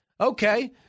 Okay